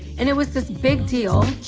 and it was this big deal.